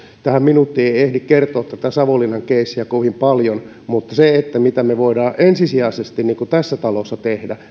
tähän minuuttiin ei ehdi kertoa tätä savonlinnan keissiä kovin paljon mutta se mitä me voimme ensisijaisesti tässä talossa tehdä